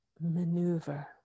maneuver